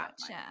Gotcha